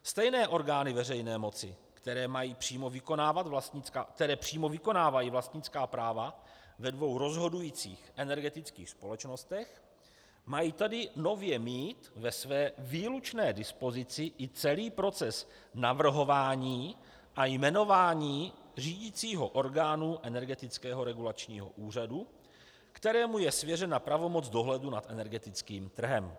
Stejné orgány veřejné moci, které mají přímo vykonávat které přímo vykonávají vlastnická práva ve dvou rozhodujících energetických společnostech, mají tady nově mít ve své výlučné dispozici i celý proces navrhování a jmenování řídicího orgánu Energetického regulačního úřadu, kterému je svěřena pravomoc dohledu nad energetickým trhem.